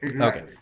Okay